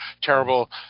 terrible